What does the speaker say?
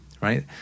right